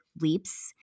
leaps